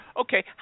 Okay